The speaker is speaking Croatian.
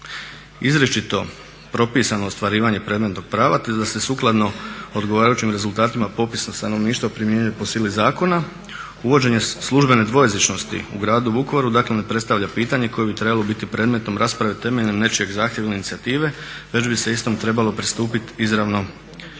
izričito propisano ostvarivanje predmetnog prava te da se sukladno odgovarajućim rezultatima popisa stanovništva primjenjuje po sili zakona, uvođenje službene dvojezičnosti u Gradu Vukovaru dakle ne predstavlja pitanje koje bi trebalo biti predmetom rasprave temeljem nečijeg zahtjeva ili inicijative, već bi se istom trebalo pristupiti izravno